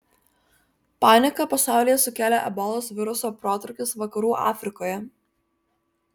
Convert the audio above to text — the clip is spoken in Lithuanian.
paniką pasaulyje sukėlė ebolos viruso protrūkis vakarų afrikoje